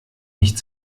nicht